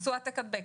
עשו העתק-הדבק.